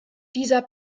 dieser